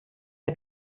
der